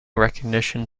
recognition